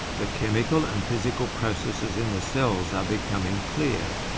the chemical and physical processes in the cells are becoming clear.